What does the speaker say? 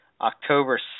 October